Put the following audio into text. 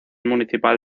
municipal